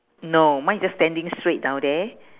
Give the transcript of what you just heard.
no mine is just standing straight down there